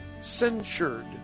censured